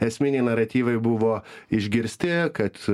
esminiai naratyvai buvo išgirsti kad